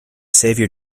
saviour